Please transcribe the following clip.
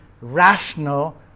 rational